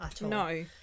no